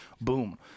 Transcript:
Boom